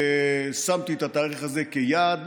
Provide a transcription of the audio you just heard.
שמתי את התאריך הזה כיעד,